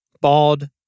bald